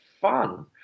fun